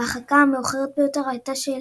וההרחקה המאוחרת ביותר הייתה של